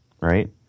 right